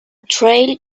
trail